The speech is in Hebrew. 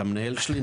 למנהל שלי,